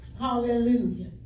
Hallelujah